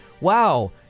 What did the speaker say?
wow